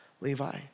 Levi